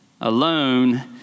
alone